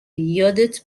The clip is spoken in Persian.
یادت